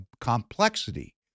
complexity